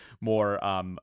more